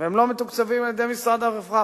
והם לא מתוקצבים על-ידי משרד הרווחה.